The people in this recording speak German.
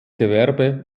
gewerbe